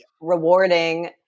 rewarding